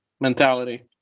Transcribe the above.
Mentality